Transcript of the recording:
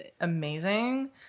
amazing